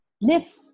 live